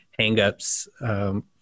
hangups